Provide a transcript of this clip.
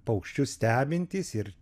paukščius stebintys ir